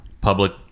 public